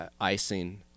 icing